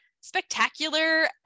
spectacular